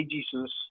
Jesus